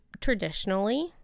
traditionally